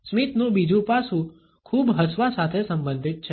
સ્મિતનું બીજું પાસું ખૂબ હસવા સાથે સંબંધિત છે